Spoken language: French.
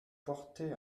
portez